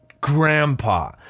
grandpa